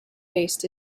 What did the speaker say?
based